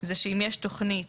זה שאם יש תוכנית